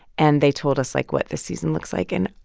and they told us, like, what this season looks like and,